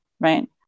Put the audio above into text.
right